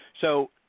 So-